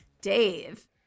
Dave